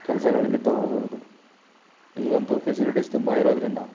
ಕೆಲ್ಸಗಳ ನಿಮಿತ್ತ ಹೋಗುವುದು ಈಗಂತೂ ಫೆಸಿಲಿಟಿಸ್ ತುಂಬ ಇರೋದರಿಂದ